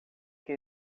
que